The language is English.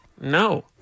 No